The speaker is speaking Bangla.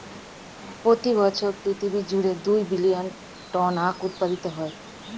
প্রতি বছর পৃথিবী জুড়ে দুই বিলিয়ন টন আখ উৎপাদিত হয়